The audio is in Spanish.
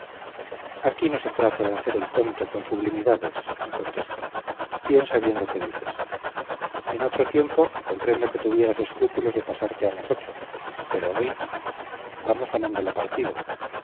aquí no se trata de hacer el tonto con sublimidades me contestó piensa bien lo que dices en otro tiempo comprendo que tuvieras escrúpulos de pasarte a nosotros pero hoy vamos ganando la partida